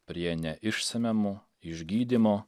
prie neišsemiamų išgydymo